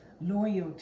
loyalty